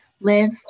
live